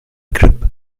grip